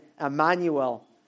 Emmanuel